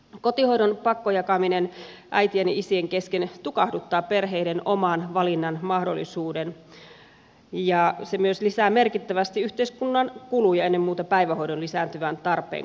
kotihoidon pakkojakaminen äitien ja isien kesken tukahduttaa perheiden oman valinnan mahdollisuuden ja se myös lisää merkittävästi yhteiskunnan kuluja ennen muuta päivähoidon lisääntyvän tarpeen kautta